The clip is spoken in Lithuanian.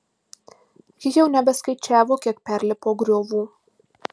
ji jau nebeskaičiavo kiek perlipo griovų